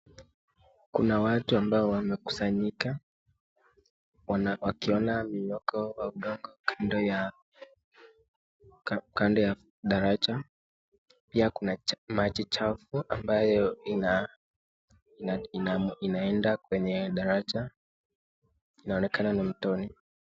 Kuna watu ambao wamekusanyika, wakiona mmomonyoko wa udongo kando ya daraja, pia kuna maji chafu ambayo inaenda kwenye daraja, inaonekana ni mtoni.